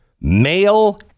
male